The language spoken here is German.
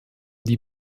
die